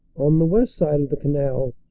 on the west side of the canal,